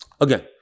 Again